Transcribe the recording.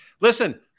Listen